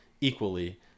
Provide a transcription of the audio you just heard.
equally